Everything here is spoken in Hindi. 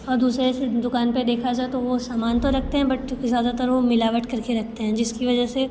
और दूसरे फिर दुकान पर देखा जाए तो वो सामान तो रखते हैं बट ज़्यादातर वो मिलावट कर के रखते हैं जिसकी वजह से